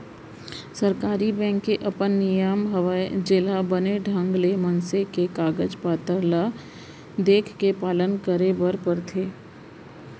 सरकारी बेंक के अपन नियम हवय जेला बने ढंग ले मनसे के कागज पातर ल देखके पालन करे बरे बर परथे